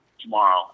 tomorrow